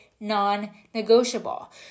non-negotiable